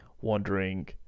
wondering